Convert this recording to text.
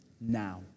now